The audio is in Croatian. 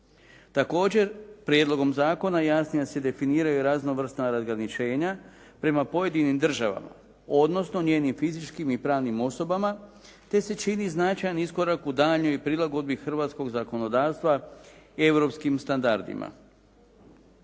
Također, prijedlogom zakona jasnije se definiraju raznovrsna razgraničenja prema pojedinim državama odnosno njenim fizičkim i pravnim osobama te se čini značajan iskorak u daljnjoj prilagodbi hrvatskog zakonodavstva europskim standardima.